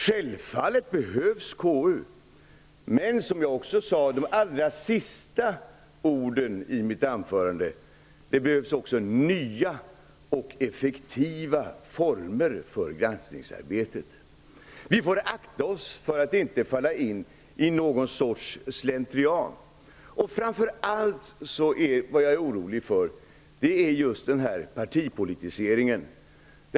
Självfallet behövs KU. Men som jag sade i de allra sista orden i mitt anförande behövs det också nya och effektiva former för granskningsarbetet. Vi måste akta oss för att inte falla in i något slags slentrian. Framför allt är jag orolig för partipolitiseringen.